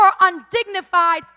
undignified